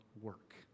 work